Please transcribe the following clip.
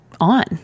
on